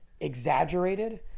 exaggerated